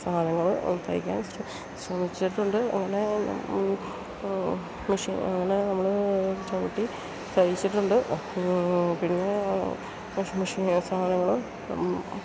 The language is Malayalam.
സാധനങ്ങള് തയ്ക്കാൻ ശ്രമിച്ചിട്ടുണ്ട് അങ്ങനെ അങ്ങനെ നമ്മള് ചവിട്ടി തയ്ച്ചിട്ടുണ്ട് പിന്നെ സാധനങ്ങളും